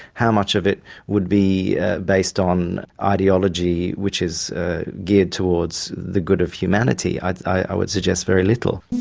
how much of it would be based on ideology which is geared towards the good of humanity? i i would suggest very little.